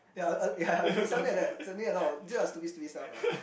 ya uh ya it's something like that it's only a lot of did a lot of stupid stupid stuff lah